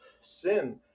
sin